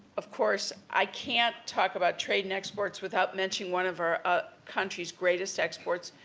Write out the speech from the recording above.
of course, i can't talk about trade and exports without mentioning one of our ah country's greatest exports,